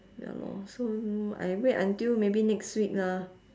ya lor so I wait until maybe next week lah